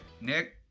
Nick